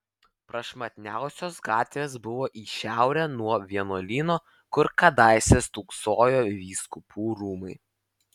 prašmatniausios gatvės buvo į šiaurę nuo vienuolyno kur kadaise stūksojo vyskupų rūmai